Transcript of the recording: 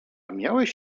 miałeś